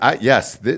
Yes